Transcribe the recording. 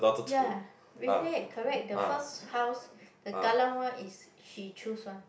ya really correct the first house the Kallang one is she choose one